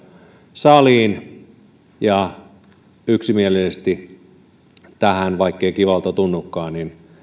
saliin ja yksimielisesti tähän vaikkei kivalta tunnukaan